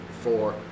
four